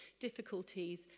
difficulties